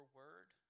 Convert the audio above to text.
word